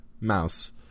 mouse